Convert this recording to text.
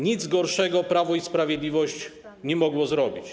Nic gorszego Prawo i Sprawiedliwość nie mogło zrobić.